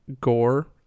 gore